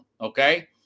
Okay